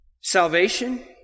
salvation